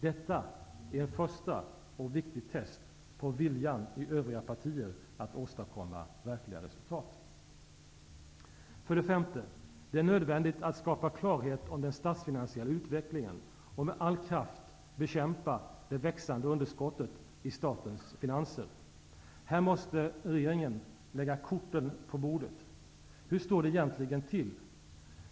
Detta är ett första och ett viktigt test på viljan i övriga partier att åstadkomma verkliga resultat. För det femte: Det är nödvändigt att skapa klarhet om den statsfinansiella utvecklingen och med all kraft bekämpa det växande underskottet i statens finanser. Här måste regeringen lägga korten på bordet. Hur står det egentligen till?